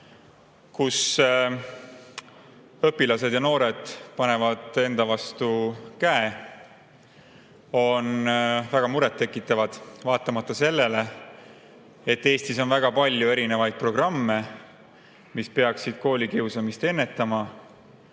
kus õpilased ja noored tõstavad enda vastu käe, on väga murettekitavad. Eestis on väga palju erinevaid programme, mis peaksid koolikiusamist ennetama,